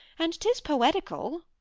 and t is poetical.